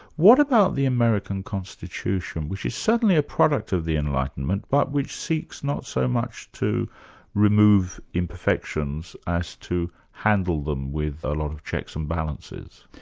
what about the american constitution, which is certainly a product of the enlightenment, but which seeks not so much to remove imperfections as to handle them with a lot of checks and balances.